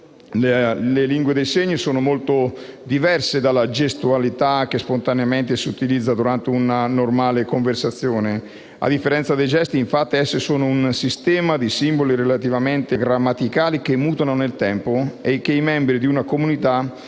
Le lingue dei segni sono molto diverse dalla gestualità che spontaneamente si utilizza durante una normale conversazione: a differenza dei gesti, infatti, esse sono un sistema di simboli relativamente arbitrari e di regole grammaticali che mutano nel tempo e che i membri di una comunità condividono